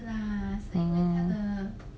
oh